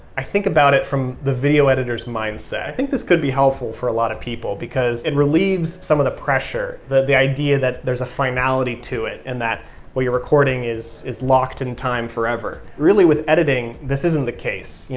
i think about it from the video editors mindset. i think this could be helpful for a lot of people because it relieves some of the pressure that the idea that there's a finality to it, and that what you're recording is is locked in time forever. really with editing, this isn't the case. yeah